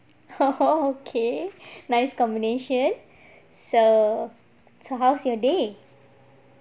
oh oh okay nice combination so so how's your day